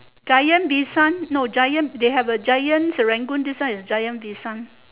zion bishan no zion they have a zion Serangoon this one is zion bishan